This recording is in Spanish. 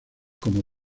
como